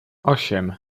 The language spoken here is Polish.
osiem